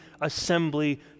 assembly